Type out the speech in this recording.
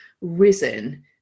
risen